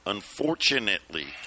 Unfortunately